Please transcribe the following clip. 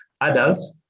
adults